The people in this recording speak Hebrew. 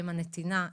הם הנתינה,